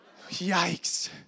Yikes